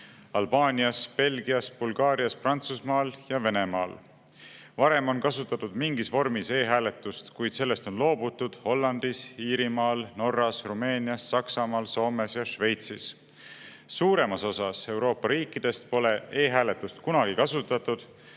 Albaanias, Belgias, Bulgaarias, Prantsusmaal ja Venemaal. Varem on kasutatud mingis vormis e-hääletust, kuid sellest on loobutud Hollandis, Iirimaal, Norras, Rumeenias, Saksamaal, Soomes ja Šveitsis. Suuremas osas Euroopa riikidest pole e-hääletust kunagi kasutatud.